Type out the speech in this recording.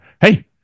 hey